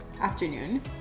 afternoon